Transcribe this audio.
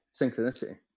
synchronicity